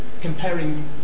comparing